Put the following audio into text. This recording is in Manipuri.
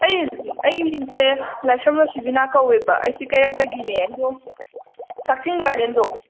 ꯑꯩ ꯑꯩꯒꯤ ꯃꯤꯡꯁꯦ ꯂꯥꯏꯁ꯭ꯔꯝ ꯔꯣꯁꯤꯕꯤꯅꯥ ꯀꯧꯋꯦꯕ ꯑꯩꯁꯦ ꯀꯩꯔꯛꯇꯒꯤꯅꯦ ꯑꯗꯣ ꯀꯛꯆꯤꯡ ꯒꯥꯔꯗꯦꯟꯗꯣ